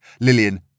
Lillian